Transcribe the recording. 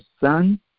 son